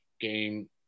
game